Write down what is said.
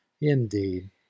indeed